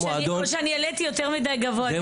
או שאני העליתי יותר מדי גבוה את הרף.